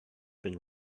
been